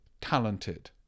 talented